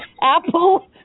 Apple